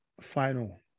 final